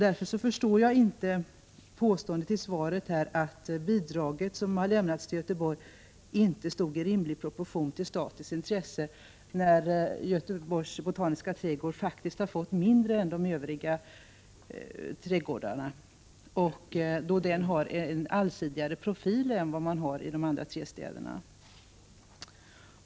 Därför förstår jag inte utbildningsministerns påstående i svaret att det bidrag som lämnats till Göteborgs universitet inte stod i rimlig proportion till statens intresse, när Göteborgs botaniska trädgård faktiskt fått mindre bidrag än de övriga trädgårdarna även om den har en allsidigare profil än vad de övriga tre har.